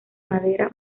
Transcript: madera